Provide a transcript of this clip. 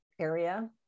area